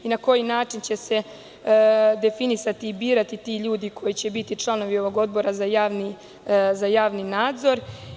Na koji način će se definisati i birati ti ljudi koji će biti članovi ovog odbora za javni nadzor?